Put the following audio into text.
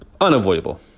Unavoidable